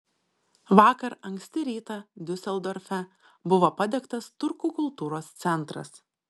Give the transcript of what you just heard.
vakar anksti rytą diuseldorfe buvo padegtas turkų kultūros centras